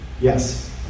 Yes